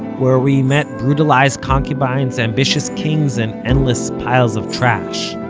where we met brutalized concubines, ambitious kings and endless piles of trash.